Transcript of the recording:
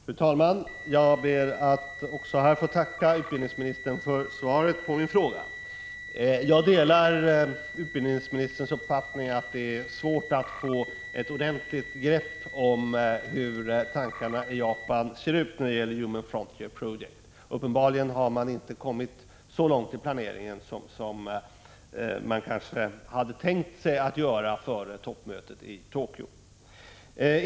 Fru talman! Jag ber att få tacka utbildningsministern för svaret på min fråga. Jag delar utbildningsministerns uppfattning att det är svårt att få ett ordentligt grepp om hur planerna i Japan ser ut när det gäller Human frontier program. Uppenbarligen har man inte kommit så långt i planeringen som man kanske hade tänkt sig före toppmötet i Tokyo.